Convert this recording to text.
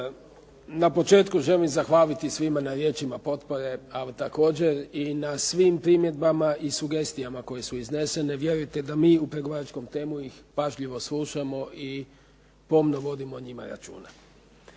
na početku želim zahvaliti svima na riječima potpore, ali također i na svim primjedbama i sugestijama koje su iznesene, vjerujte da mi u pregovaračkom timu ih pažljivo slušamo i pomno vodimo o njima računa.